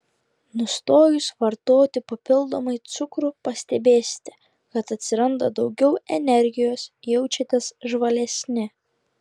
nustojus vartoti papildomai cukrų pastebėsite kad atsiranda daugiau energijos jaučiatės žvalesni